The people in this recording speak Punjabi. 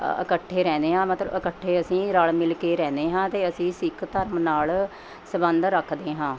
ਇਕੱਠੇ ਰਹਿੰਦੇ ਹਾਂ ਮਤਲਬ ਇਕੱਠੇ ਅਸੀਂ ਰਲ਼ ਮਿਲਕੇ ਰਹਿੰਦੇ ਹਾਂ ਅਤੇ ਅਸੀਂ ਸਿੱਖ ਧਰਮ ਨਾਲ਼ ਸਬੰਧ ਰੱਖਦੇ ਹਾਂ